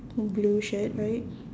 blue shirt right